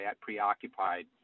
preoccupied